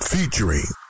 Featuring